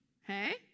Hey